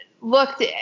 looked